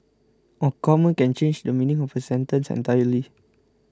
a comma can change the meaning of a sentence entirely